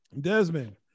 Desmond